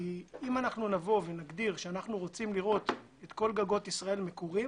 כי אם אנחנו נגדיר שאנחנו רוצים לראות את כל גגות ישראל מקורים